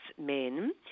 men